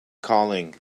calling